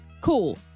cool